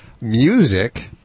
music